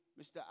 Mr